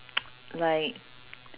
mm or maybe in the evening